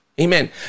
Amen